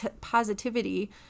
positivity